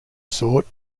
sought